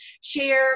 share